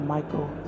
Michael